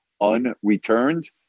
unreturned